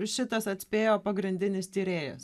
šitas atspėjo pagrindinis tyrėjas